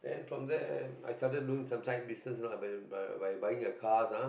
then from there I started loan some type buisiness lah by by buying a car ah